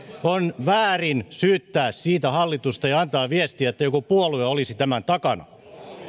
on väärin syyttää siitä hallitusta ja antaa viestiä että joku puolue olisi tämän takana